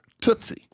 Tootsie